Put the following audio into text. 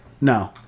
No